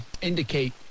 indicate